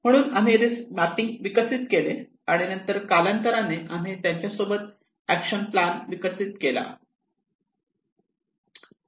म्हणून आम्ही risk mapping विकसित केले आणि नंतर कालांतराने आम्ही त्यांच्या सोबत एक्शन प्लान विकसित केला